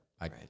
Right